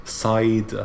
side